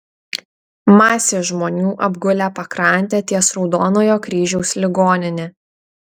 masės žmonių apgulę pakrantę ties raudonojo kryžiaus ligonine